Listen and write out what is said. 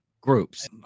groups